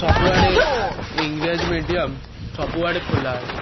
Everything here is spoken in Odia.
ସବୁଆଡ଼େ ଇଂରାଜୀ ମିଡ଼ିୟମ୍ ସବୁଆଡ଼େ ଖୋଲାଅଛି